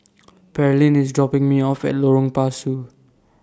Pearlene IS dropping Me off At Lorong Pasu